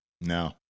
No